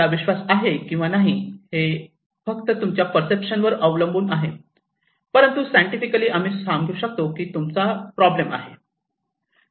आपला विश्वास आहे किंवा नाही हे फक्त आपल्या पर्सेप्शनवर अवलंबून आहे परंतु सायंटिफिकली आम्ही सांगू शकतो की तुमचा प्रॉब्लेम आहे